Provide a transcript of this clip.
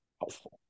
helpful